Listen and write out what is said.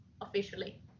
officially